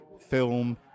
film